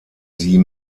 sie